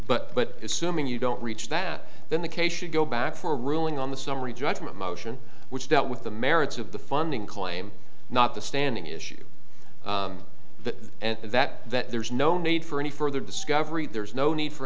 issue but as soon you don't reach that then the case should go back for a ruling on the summary judgment motion which dealt with the merits of the funding claim not the standing issue that and that that there is no need for any further discovery there is no need for